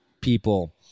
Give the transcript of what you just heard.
people